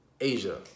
Asia